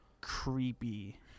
creepy